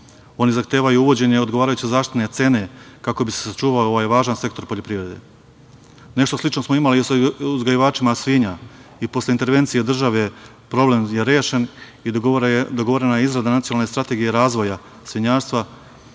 Oni zahtevaju uvođenje odgovarajuće zaštitne cene kako bi se sačuvao ovaj važan sektor poljoprivrede. Nešto slično smo imali sa uzgajivačima svinja. Posle intervencije države problem je rešen i dogovorena je izrada nacionalne strategije razvoja svinjarstva